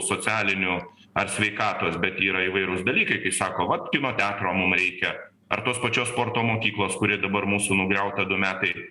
socialinių ar sveikatos bet yra įvairūs dalykai kai sako vat kino teatro mum reikia ar tos pačios sporto mokyklos kuri dabar mūsų nugriauta du metai